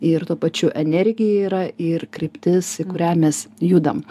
ir tuo pačiu energija yra ir kryptis į kurią mes judam